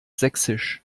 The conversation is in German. sächsisch